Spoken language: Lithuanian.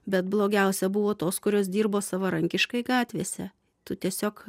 bet blogiausia buvo tos kurios dirbo savarankiškai gatvėse tu tiesiog